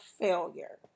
failure